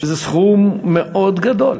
שזה סכום מאוד גדול.